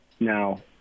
Now